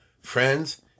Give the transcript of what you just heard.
friends